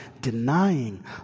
denying